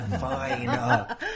fine